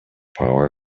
power